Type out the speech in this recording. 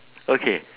okay